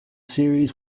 series